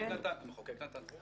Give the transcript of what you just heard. המחוקק נתן.